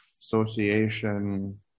Association